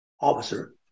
Officer